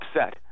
upset